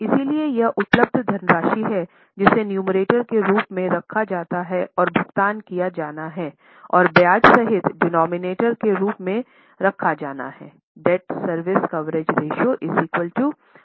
इसलिएयह उपलब्ध धनराशि है जिसे नुमरेटर के रूप में रखा जाता है और भुगतान किया जाना है और ब्याज सहित डिनोमिनेटर के रूप में रखा जाना है